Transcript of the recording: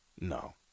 No